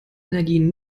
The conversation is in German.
energien